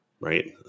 Right